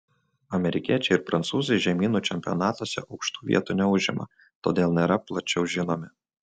amerikiečiai ir prancūzai žemynų čempionatuose aukštų vietų neužima todėl nėra plačiau žinomi